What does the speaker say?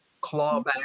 clawback